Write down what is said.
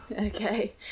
okay